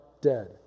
dead